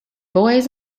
boys